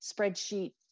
spreadsheet